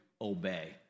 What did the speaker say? obey